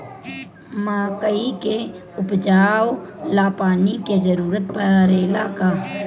मकई के उपजाव ला पानी के जरूरत परेला का?